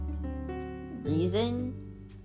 Reason